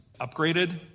upgraded